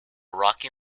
rocky